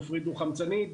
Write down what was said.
גופרית דו חמצנית,